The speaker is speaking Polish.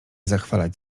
zachwalać